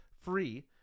free